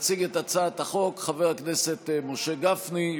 יציג את הצעת החוק חבר הכנסת משה גפני,